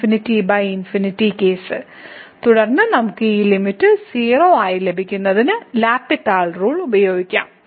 ∞∞ case തുടർന്ന് നമുക്ക് ഈ ലിമിറ്റ് 0 ആയി ലഭിക്കുന്നതിന് എൽ ഹോസ്പിറ്റൽ റൂൾ ഉപയോഗിക്കാം